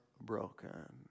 broken